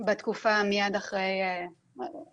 בתקופה הסמוכה ממש למשבר,